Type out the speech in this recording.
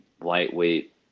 lightweight